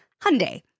Hyundai